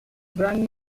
brand